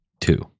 Two